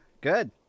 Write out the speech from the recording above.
Good